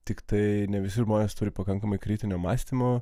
tiktai ne visi žmonės turi pakankamai kritinio mąstymo